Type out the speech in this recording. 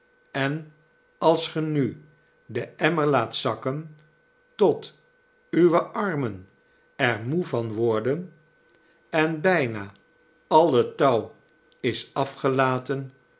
en als ge nu den emmer laat zakken tot uwe armen er moe van worden en bijna al het touw is afgelaten